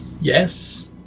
Yes